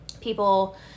people